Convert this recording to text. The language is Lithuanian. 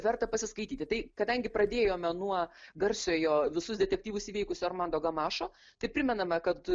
verta pasiskaityti tai kadangi pradėjome nuo garsiojo visus detektyvus įveikusio armando gamašo tai primename kad